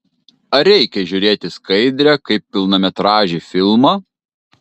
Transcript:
ar reikia žiūrėti skaidrę kaip pilnametražį filmą